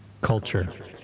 Culture